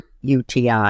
UTI